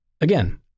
Again